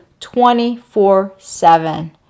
24-7